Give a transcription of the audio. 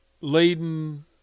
laden